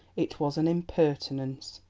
it was an impertinence.